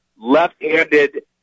Left-handed